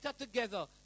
together